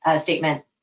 statement